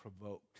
provoked